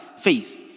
faith